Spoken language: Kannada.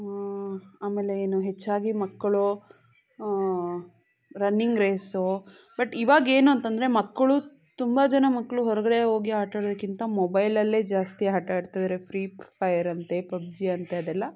ಆಮೇಲೆ ಏನು ಹೆಚ್ಚಾಗಿ ಮಕ್ಕಳು ರನ್ನಿಂಗ್ ರೇಸು ಬಟ್ ಇವಾಗ ಏನುಂತಂದ್ರೆ ಮಕ್ಕಳು ತುಂಬ ಜನ ಮಕ್ಕಳು ಹೊರಗಡೆ ಹೋಗಿ ಆಟ ಆಡೋದಕ್ಕಿಂತ ಮೊಬೈಲಲ್ಲೇ ಜಾಸ್ತಿ ಆಟ ಆಡ್ತಿದ್ದಾರೆ ಫ್ರೀ ಫೈರ್ ಅಂತೆ ಪಬ್ಜಿ ಅಂತೆ ಅದೆಲ್ಲ